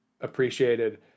appreciated